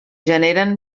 generen